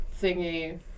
thingy